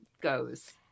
goes